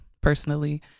personally